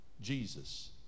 Jesus